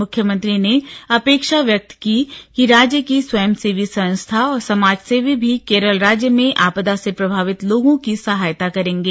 मुख्यमंत्री ने अपेक्षा व्यक्त की कि राज्य की स्वयंसेवी संस्था और समाजसेवी भी केरल राज्य में आपदा से प्रभावित लोगों की सहायता करेंगे